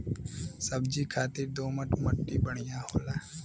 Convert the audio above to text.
सब्जी खातिर दोमट मट्टी बढ़िया होला